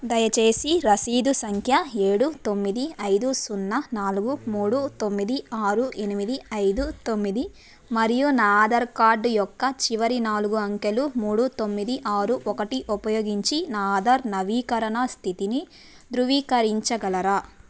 దయచేసి రసీదు సంఖ్య ఏడు తొమ్మిది ఐదు సున్నా నాలుగు మూడు తొమ్మిది ఆరు ఎనిమిది ఐదు తొమ్మిది మరియు నా ఆధార్ కార్డ్ యొక్క చివరి నాలుగు అంకెలు మూడు తొమ్మిది ఆరు ఒకటి ఉపయోగించి నా ఆధార్ నవీకరణ స్థితిని ధృవీకరించగలరా